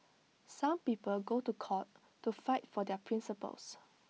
some people go to court to fight for their principles